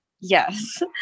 Yes